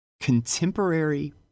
Contemporary